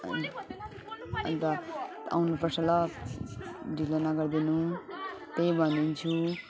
अन् अनि त आउनुपर्छ ल ढिलो नागरिदिनु त्यही भनिन्छु